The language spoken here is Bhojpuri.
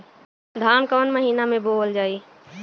धान कवन महिना में बोवल जाई?